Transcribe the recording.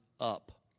up